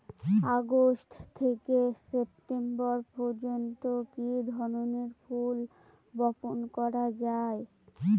August থেকে September পর্যন্ত কি ধরনের ফুল বপন করা যায়?